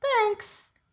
Thanks